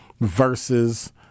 versus